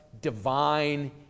divine